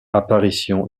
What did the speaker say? apparition